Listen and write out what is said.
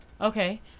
Okay